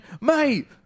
mate